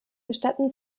gestatten